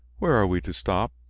where are we to stop?